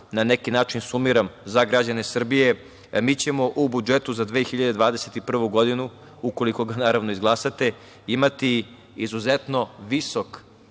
na neki način sumiram za građane Srbije, mi ćemo u budžetu za 2021. godinu, ukoliko ga, naravno, izglasate, imati izuzetno visok